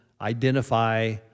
identify